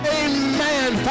amen